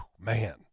man